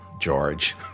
George